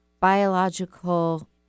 biological